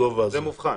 כן, זה מובחן.